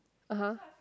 (uh huh)